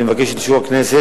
אני מבקש את אישור הכנסת,